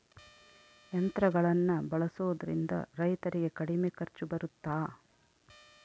ಯಂತ್ರಗಳನ್ನ ಬಳಸೊದ್ರಿಂದ ರೈತರಿಗೆ ಕಡಿಮೆ ಖರ್ಚು ಬರುತ್ತಾ?